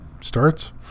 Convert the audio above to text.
starts